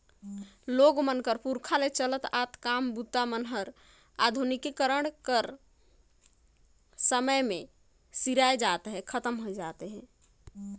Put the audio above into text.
मइनसे मन कर पुरखा ले चलत आत काम बूता मन हर आधुनिकीकरन कर समे मे सिराए जात अहे